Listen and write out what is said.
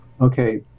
Okay